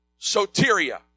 soteria